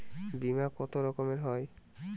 বিমা কত রকমের হয়?